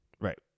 Right